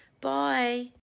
Bye